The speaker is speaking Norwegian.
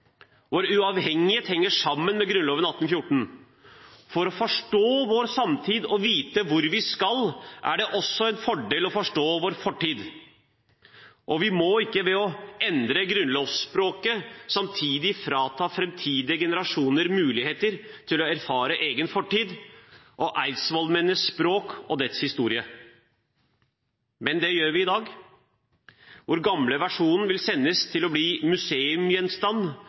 Vår uavhengighet henger sammen med Grunnloven av 1814. For å forstå vår samtid og vite hvor vi skal, er det også en fordel å forstå vår fortid. Vi må ikke ved å endre grunnlovsspråket samtidig frata framtidige generasjoner muligheter til å erfare egen fortid, eidsvollsmennenes språk og historien. Men det gjør vi i dag, der den gamle versjonen vil gjøres til